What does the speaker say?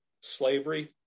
slavery